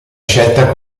scelta